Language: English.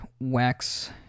wax